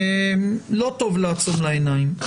לא טוב לעצום למולה עיניים.